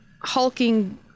hulking